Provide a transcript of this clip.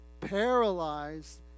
paralyzed